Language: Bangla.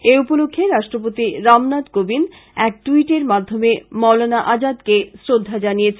এ উপলক্ষ্যে রাষ্ট্রপতি রামনাথ কোবিন্দ এক ট্যইটের মাধ্যমে মৌলানা আজাদকে শ্রদ্ধা জানিয়েছেন